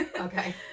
okay